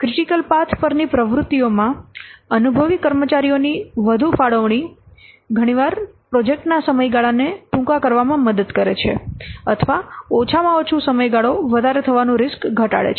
critical path પરની પ્રવૃત્તિઓમાં અનુભવી કર્મચારીઓની વધુ ફાળવણી ઘણીવાર પ્રોજેક્ટના સમયગાળાને ટૂંકા કરવામાં મદદકરે છે અથવા ઓછામાં ઓછું સમયગાળો વધારે થવાનું રીસ્ક ઘટાડે છે